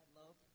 love